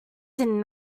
sitting